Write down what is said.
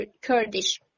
Kurdish